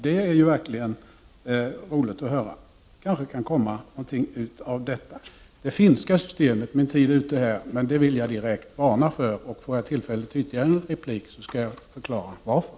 Det är verkligen roligt att höra — det kanske kan komma någonting ut av detta. Det finska systemet vill jag direkt varna för. Om jag får tillfälle till ytterligare en replik skall jag förklara varför.